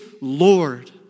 Lord